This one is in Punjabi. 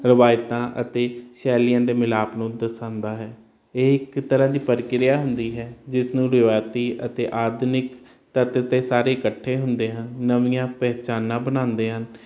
ਰਵਾਇਤਾਂ ਅਤੇ ਸ਼ੈਲੀਆਂ ਦੇ ਮਿਲਾਪ ਨੂੰ ਦਰਸਾਉਂਦਾ ਹੈ ਇਹ ਇੱਕ ਤਰਹਾਂ ਦੀ ਪ੍ਰਕਿਰਿਆ ਹੁੰਦੀ ਹੈ ਜਿਸ ਨੂੰ ਰਿਵਾਇਤੀ ਅਤੇ ਆਧੁਨਿਕ ਤੱਤ ਤੇ ਸਾਰੇ ਇਕੱਠੇ ਹੁੰਦੇ ਹਨ ਨਵੀਆਂ ਪਹਿਚਾਨਾ ਬਣਾਉਂਦੇ ਹਨ